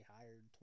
hired